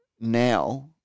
Now